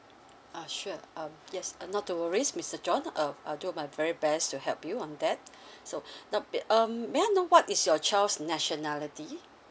uh sure uh yes uh not to worries mister john um I'll do my very best to help you on that so ab~ um may I know what is your child's nationality